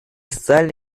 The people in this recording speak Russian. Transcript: социально